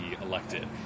elected